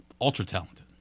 ultra-talented